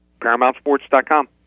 ParamountSports.com